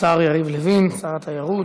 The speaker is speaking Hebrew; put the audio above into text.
השר יריב לוין, שר התיירות,